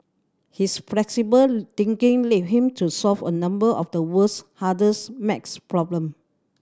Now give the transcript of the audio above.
his flexible thinking led him to solve a number of the world's hardest maths problem